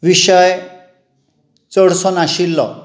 विशय चडसो नाशिल्लो